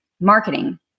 marketing